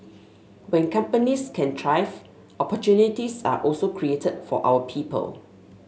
when companies can thrive opportunities are also created for our people